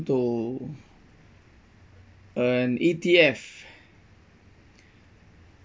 to uh E_T_F